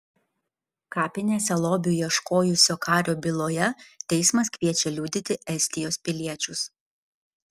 kapinėse lobių ieškojusio kario byloje teismas kviečia liudyti estijos piliečius